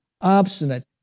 obstinate